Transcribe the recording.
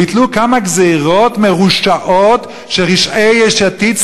ביטלו כמה גזירות מרושעות שרשעי יש עתיד,